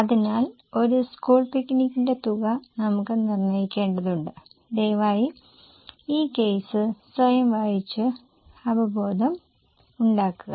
അതിനാൽ ഒരു സ്കൂൾ പിക്നിക്കിന്റെ തുക നമുക്ക് നിര്ണയിക്കേണ്ടതുണ്ട് ദയവായി ഈ കേസ് സ്വയം വായിച്ച് അവബോധം ഉണ്ടാക്കുക